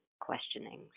questioning